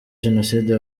jenoside